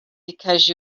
because